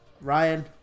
Ryan